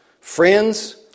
friends